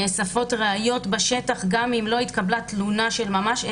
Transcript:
נאספות ראיות בשטח גם אם לא התקבלה תלונה של ממש,